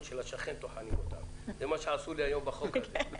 של השכן טוחנות אותם וזה מה שעשו לי היום בחוק הזה.